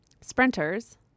Sprinters